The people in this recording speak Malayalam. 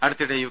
അടുത്തിടെ യു